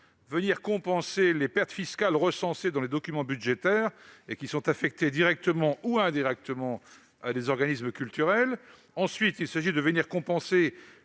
de compenser les pertes fiscales recensées dans les documents budgétaires et affectées directement ou indirectement à des organismes culturels. Ensuite, il s'agit de compenser